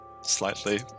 Slightly